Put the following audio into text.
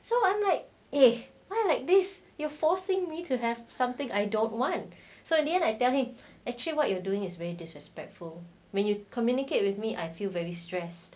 so I'm like eh why like this you're forcing me to have something I don't want so in the end I tell he actually what you're doing is very disrespectful when you communicate with me I feel very stressed